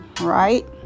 right